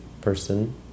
person